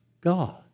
God